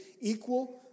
equal